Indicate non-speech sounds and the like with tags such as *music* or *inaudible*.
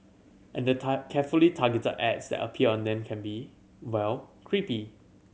and the *unintelligible* carefully targeted ads that appear on them can be well creepy